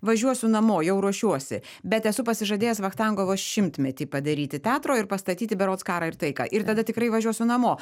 važiuosiu namo jau ruošiuosi bet esu pasižadėjęs vachtangovo šimtmetį padaryti teatro ir pastatyti berods karą ir taiką ir tada tikrai važiuosiu namo